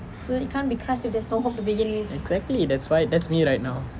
exactly that's why that's me right now